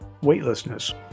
weightlessness